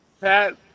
Pat